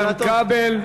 איתן כבל.